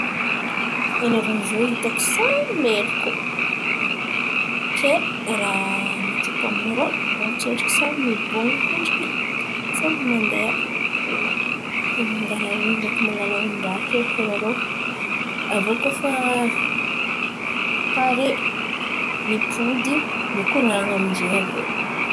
Anarô ziô hitako samby meloko kay raha mety atô aminarô. Anarô kendreky samby mangala honon̈o, ndreky mangala honon-draha kendriky anarô. Avô koa fa pare mipody mikoran̈a amijay avô.